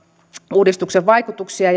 uudistuksen vaikutuksia